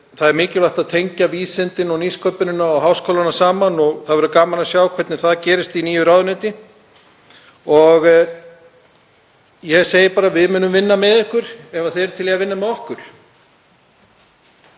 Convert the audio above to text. það er mikilvægt að tengja vísindin og nýsköpunina og háskólana saman og það verður gaman að sjá hvernig það gerist í nýju ráðuneyti. Ég segi bara: Við munum vinna með ykkur ef þið eruð til í að vinna með okkur.